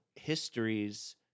histories